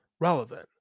relevant